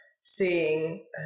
seeing